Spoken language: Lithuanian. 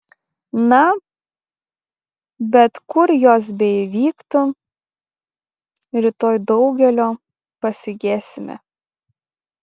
na bet kur jos beįvyktų rytoj daugelio pasigesime